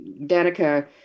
Danica